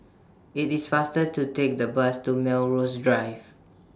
IT IS faster to Take The Bus to Melrose Drive